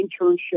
internship